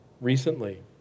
recently